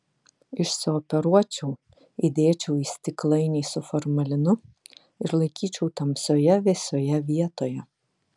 išsioperuočiau įdėčiau į stiklainį su formalinu ir laikyčiau tamsioje vėsioje vietoje